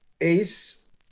Ace